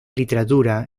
literatura